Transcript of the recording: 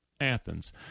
athens